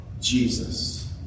Jesus